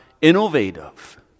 innovative